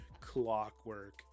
clockwork